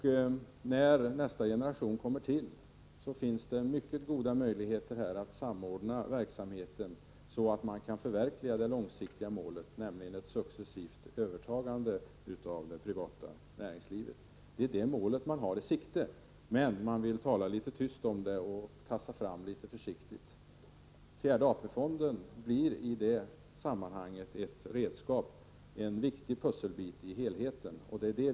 När nästa generation tar vid finns det mycket goda möjligheter att samordna verksamheten så att man kan förverkliga det långsiktiga målet, nämligen ett successivt övertagande av det privata näringslivet. Det är det målet man har i sikte, men man vill tala litet tyst om det och tassa fram försiktigt. Fjärde AP-fonden blir i det här sammanhanget ett redskap, en viktig pusselbit i helheten.